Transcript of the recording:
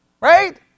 right